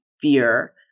fear